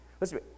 Listen